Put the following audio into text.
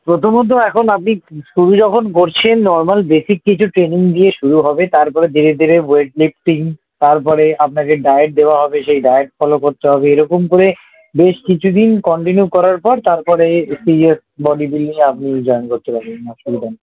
প্রথমত এখন আপনি শুরু যখন করছেন নরমাল বেসিক কিছু ট্রেনিং দিয়ে শুরু হবে তারপরে ধীরে ধীরে ওয়েট লিফটিং তারপরে আপনাকে ডায়েট দেওয়া হবে সেই ডায়েট ফলো করতে হবে এরকম করে বেশ কিছু দিন কন্টিনিউ করার পর তারপরে একটু ইয়ে বডি বিল্ডিংয়ে আপনি জয়েন করতে পারবেন অসুবিধা নেই